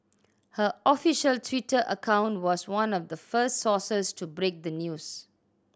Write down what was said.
her official Twitter account was one of the first sources to break the news